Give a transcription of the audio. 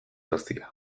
hazia